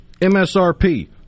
MSRP